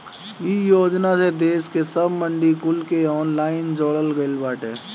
इ योजना से देस के सब मंडी कुल के ऑनलाइन जोड़ल गईल बाटे